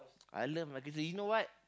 I love my country you know why